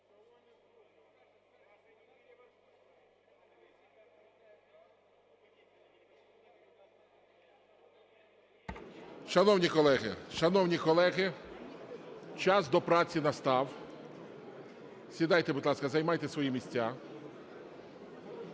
Шановні колеги, шановні колеги! Час до праці настав. Сідайте, будь ласка, займайте свої місця.